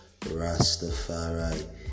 Rastafari